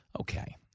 okay